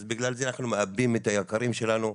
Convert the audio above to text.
אז בגלל זה אנחנו מאבדים את היקרים שלנו,